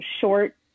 short